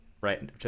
right